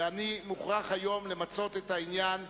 ואני מוכרח היום למצות את העניין,